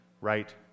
right